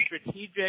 strategic